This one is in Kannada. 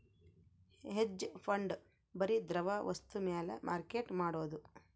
ಹೆಜ್ ಫಂಡ್ ಬರಿ ದ್ರವ ವಸ್ತು ಮ್ಯಾಲ ಮಾರ್ಕೆಟ್ ಮಾಡೋದು